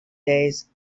days